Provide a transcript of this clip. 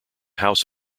house